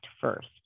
first